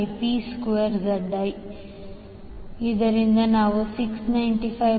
8125 j2695